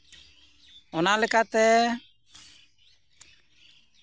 ᱚᱱᱟ ᱞᱮᱠᱟᱛᱮ